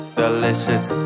delicious